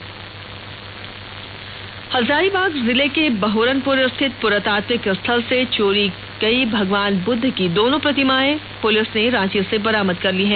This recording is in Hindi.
मूर्ति बरामद हजारीबाग जिले के बहोरनपुर स्थित पुरातात्विक स्थल से चोरी गई भगवान बुद्ध की दोनों प्रतिमायें पुलिस ने रांची से बरामद कर ली है